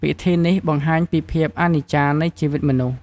ពិធីនេះបង្ហាញពីភាពអនិច្ចានៃជីវិតមនុស្ស។